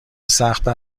سختتر